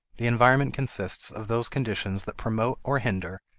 the environment consists of those conditions that promote or hinder,